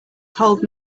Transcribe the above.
cold